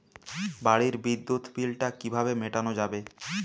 বাড়ির বিদ্যুৎ বিল টা কিভাবে মেটানো যাবে?